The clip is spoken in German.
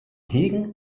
hegen